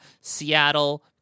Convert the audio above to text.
Seattle